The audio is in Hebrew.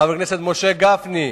חבר הכנסת משה גפני.